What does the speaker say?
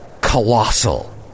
colossal